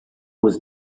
was